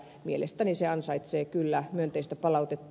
mielestäni se ansaitsee kyllä myönteistä palautetta